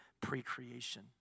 pre-creation